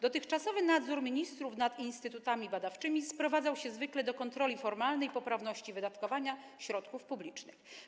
Dotychczasowy nadzór ministrów nad instytutami badawczymi sprowadzał się zwykle do kontroli formalnej poprawności wydatkowania środków publicznych.